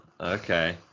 okay